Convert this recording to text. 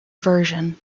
version